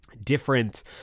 Different